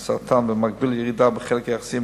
במקביל לירידה בחלק היחסי של